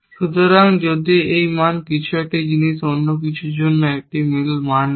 সুতরাং যদি এই মান কিছু এই জিনিস অন্য কিছু জন্য একটি মিল মান ছিল